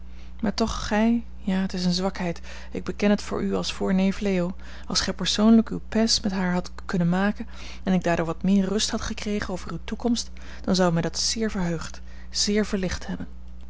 maar toch gij ja t is een zwakheid ik beken het voor u als voor neef leo als gij persoonlijk uw pays met haar hadt kunnen maken en ik daardoor wat meer rust had gekregen over uwe toekomst dan zou mij dat zeer verheugd zeer verlicht hebben